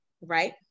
right